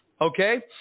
Okay